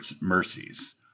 Mercies